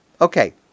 Okay